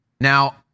Now